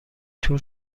تور